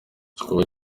gikorwa